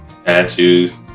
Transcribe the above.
Statues